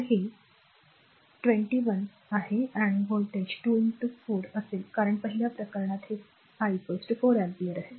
तर हे 2 I आहे येथे व्होल्टेज 2 r 4 असेल कारण पहिल्या प्रकरणात हे प्रकरण I 4 अँपिअर आहे